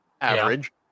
average